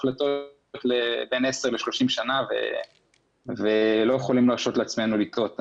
החלטות בין 10 ו-30 שנים ולא יכולים להרשות לעצמנו לטעות.